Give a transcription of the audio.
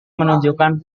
menunjukkan